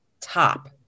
top